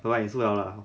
做么你输了 lah